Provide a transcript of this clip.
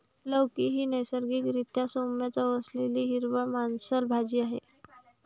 लौकी ही नैसर्गिक रीत्या सौम्य चव असलेली हिरवी मांसल भाजी आहे